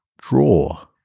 Draw